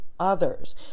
others